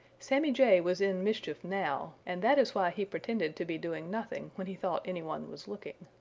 sammy jay was in mischief now, and that is why he pretended to be doing nothing when he thought any one was looking.